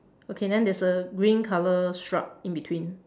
okay then there's a green colour shrub in between